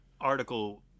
article